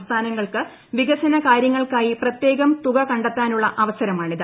സംസ്ഥാനങ്ങൾക്ക് വികസനകാര്യങ്ങൾക്കാത്ത് പ്രത്യേകം തുക കണ്ടെത്താനുള്ള അവസരമാണിത്